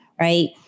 Right